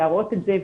להראות את זה,